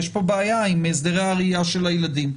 יש פה בעיה עם הסדרי הראייה של הילדים.